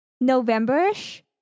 November-ish